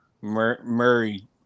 Murray